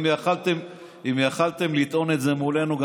אם יכולתם לטעון את זה מולנו,